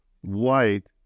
white